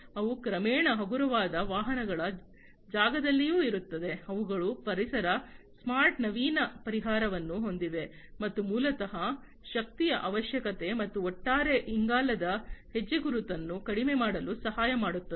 ಅವು ಕ್ರಮೇಣ ಹಗುರವಾದ ವಾಹನಗಳ ಜಾಗದಲ್ಲಿಯೂ ಇರುತ್ತವೆ ಅವುಗಳು ಪರಿಸರ ಸ್ಮಾರ್ಟ್ ನವೀನ ಪರಿಹಾರವನ್ನು ಹೊಂದಿವೆ ಇದು ಮೂಲತಃ ಶಕ್ತಿಯ ಅವಶ್ಯಕತೆ ಮತ್ತು ಒಟ್ಟಾರೆ ಇಂಗಾಲದ ಹೆಜ್ಜೆಗುರುತನ್ನು ಕಡಿಮೆ ಮಾಡಲು ಸಹಾಯ ಮಾಡುತ್ತದೆ